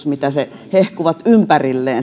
mitä ne hehkuvat ympärilleen